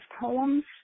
poems